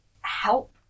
help